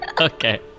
Okay